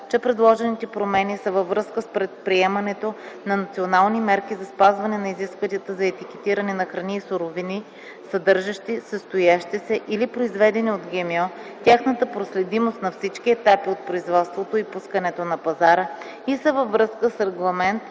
че предложените промени са във връзка с предприемането на национални мерки за спазване на изискванията за етикетиране на храни и суровини, съдържащи, състоящи се или произведени от ГМО, тяхната проследимост на всички етапи от производството и пускането на пазара и са във връзка с Регламент